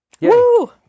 Woo